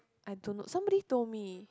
I don't know somebody told me